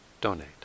donate